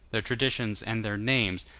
their traditions, and their names,